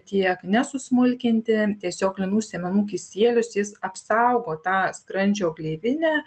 tiek nesusmulkinti tiesiog linų sėmenų kisielius jis apsaugo tą skrandžio gleivinę